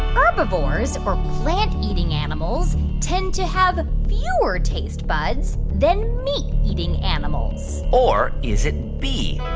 herbivores or plant-eating animals tend to have fewer taste buds than meat-eating animals? or is it b,